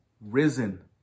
risen